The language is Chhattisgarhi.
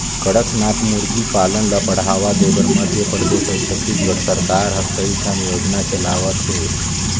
कड़कनाथ मुरगी पालन ल बढ़ावा देबर मध्य परदेस अउ छत्तीसगढ़ सरकार ह कइठन योजना चलावत हे